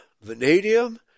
vanadium